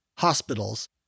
hospitals